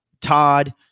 Todd